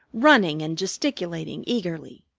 running and gesticulating eagerly.